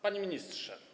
Panie Ministrze!